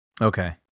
okay